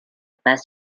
pas